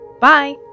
Bye